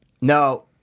No